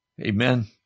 Amen